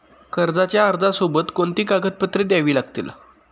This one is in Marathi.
कर्जाच्या अर्जासोबत कोणती कागदपत्रे द्यावी लागतील?